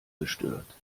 gestört